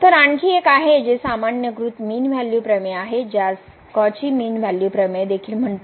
तर आणखी एक आहे जे सामान्यीकृत मीन व्हॅल्यू प्रमेय आहे ज्यास काची मीन मूल्य प्रमेय देखील म्हणतात